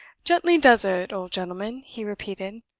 gently does it, old gentleman, he repeated,